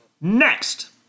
Next